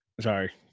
sorry